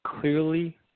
clearly